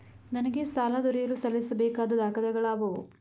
ನನಗೆ ಸಾಲ ದೊರೆಯಲು ಸಲ್ಲಿಸಬೇಕಾದ ದಾಖಲೆಗಳಾವವು?